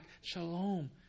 shalom